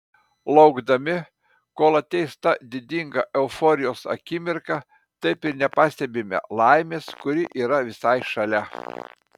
laukdami kol ateis ta didinga euforijos akimirka taip ir nepastebime laimės kuri yra visai šalia